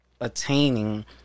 attaining